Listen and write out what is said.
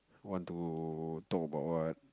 want to talk about what